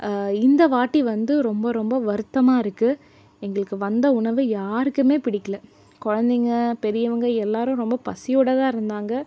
இந்த வாட்டி வந்து ரொம்ப ரொம்ப வருத்தமாக இருக்குது எங்களுக்கு வந்த உணவு யாருக்குமே பிடிக்கலை குழந்தைங்கள் பெரியவங்கள் எல்லோரும் ரொம்ப பசியோடு தான் இருந்தாங்க